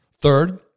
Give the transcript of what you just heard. Third